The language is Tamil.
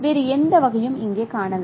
வேறு எந்த வகையும் இங்கே காணவில்லை